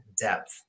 depth